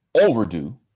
overdue